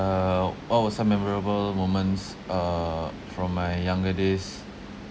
uh what was some memorable moments uh from my younger days